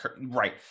right